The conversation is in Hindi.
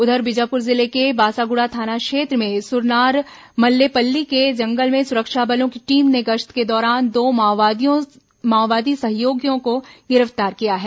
उधर बीजापुर जिले के बासागुड़ा थाना क्षेत्र में सुरनार मल्लेपल्ली के जंगल में सुरक्षा बलों की टीम ने गश्त के दौरान दो माओवादी सहयोगियों को गिरफ्तार किया है